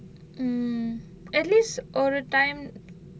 mm at least all time